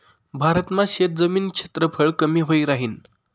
भारत मा शेतजमीन क्षेत्रफळ कमी व्हयी राहीन